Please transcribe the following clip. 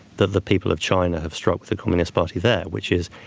that the people of china have struck with the communist party there. which is,